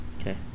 Okay